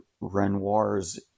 Renoir's